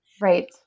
right